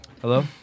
Hello